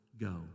go